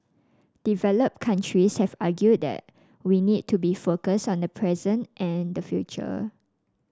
developed countries have argued that we need to be focused on the present and the future